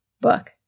book